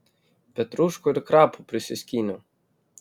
petruškų ir krapų prisiskyniau